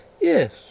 Yes